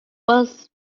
was